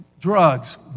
drugs